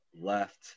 left